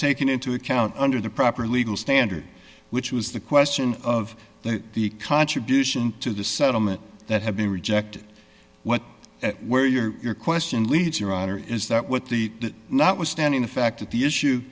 take into account under the proper legal standard which was the question of the contribution to the settlement that had been rejected what were your question leads your honor is that what the notwithstanding the fact that the issue